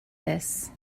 this